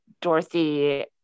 dorothy